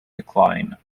decline